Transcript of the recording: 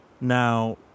Now